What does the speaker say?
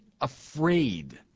afraid